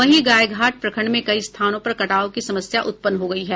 वहीं गायघाट प्रखंड में कई स्थानों पर कटाव की समस्या उत्पन्न हो गयी है